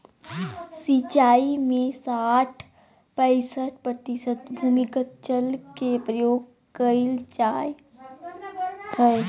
सिंचाई में साठ पईंसठ प्रतिशत भूमिगत जल के प्रयोग कइल जाय हइ